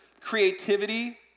creativity